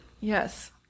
Yes